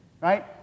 Right